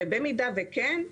במידה שכן,